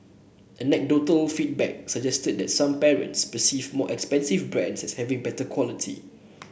anecdotal feedback suggested that some parents perceive more expensive brands as having better quality